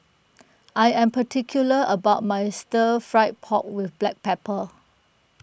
I am particular about my Stir Fried Pork with Black Pepper